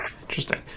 Interesting